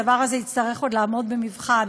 הדבר הזה יצטרך עוד לעמוד במבחן,